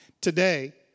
Today